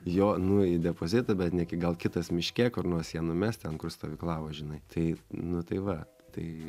jo nu į depozitą bet neki gal kitas miške kur nors ją numes ten kur stovyklavo žinai tai nu tai va tai